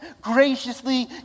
graciously